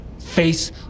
Face